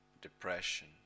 depression